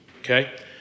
okay